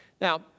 Now